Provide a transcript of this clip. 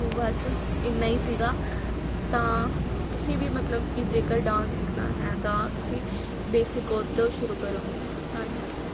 ਸੋ ਬਸ ਇੰਨਾਂ ਹੀ ਸੀਗਾ ਤਾਂ ਤੁਸੀਂ ਵੀ ਮਤਲਬ ਕਿ ਜੇਕਰ ਡਾਂਸ ਸਿੱਖਣਾ ਹੈ ਤਾਂ ਤੁਸੀਂ ਬੇਸਿਕ ਓਤੋਂ ਸ਼ੁਰੂ ਕਰੋਂਗੇ ਧੰਨਵਾਦ